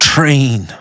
Train